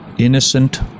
innocent